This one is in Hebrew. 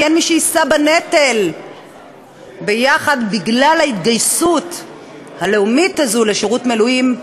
כי אין מי שיישא בנטל יחד בגלל ההתגייסות הלאומית הזאת לשירות מילואים,